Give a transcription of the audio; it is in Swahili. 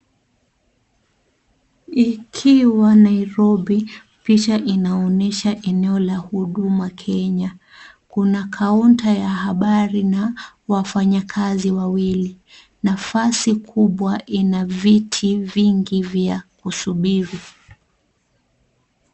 Ikiwa Nairobi picha inaoyesha eneo la Huduma Kenya .nkuna kaunta ya habari na wafanyakazi wawili ,nafasi kubwa ialna viti vingi vya kusubiri.